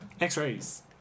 X-rays